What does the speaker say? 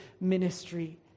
ministry